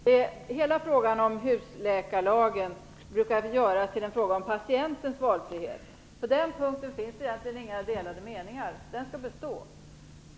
Herr talman! Det är mycket viktigt för landstingens ekonomi att frågan om fri etablering löses på ett litet annat sätt. Husläkarlagen brukar göras till en fråga om patientens valfrihet. På den punkten finns det egentligen inga delade meningar. Den valfriheten skall bestå.